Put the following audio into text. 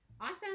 Awesome